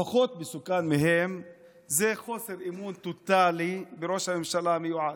הפחות מסוכן מהם זה חוסר אמון טוטאלי בראש הממשלה המיועד.